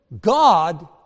God